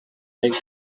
make